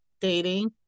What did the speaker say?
dating